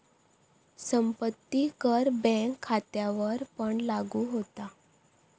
संपत्ती कर बँक खात्यांवरपण लागू होता